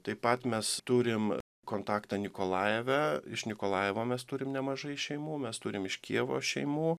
taip pat mes turim kontaktą nikolajeve iš nikolajevo mes turim nemažai šeimų mes turim iš kijevo šeimų